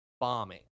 Bombing